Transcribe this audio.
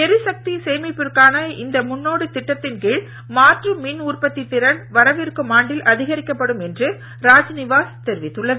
எரிசக்தி சேமிப்பிற்கான இந்த முன்னோடி திட்டத்தின் கீழ் மாற்று மின் உற்பத்தி திறன் வரவிருக்கும் ஆண்டில் அதிகரிக்கப்படும் என்று ராஜ்நிவாஸ் தெரிவித்துள்ளது